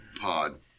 pod